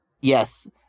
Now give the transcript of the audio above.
Yes